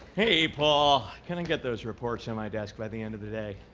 hey, paul, can i get those reports on my desk by the end of the day?